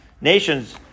nations